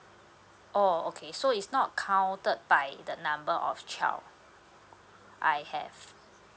oh okay so it's not counted by the number of child I have